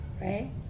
right